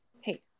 Hey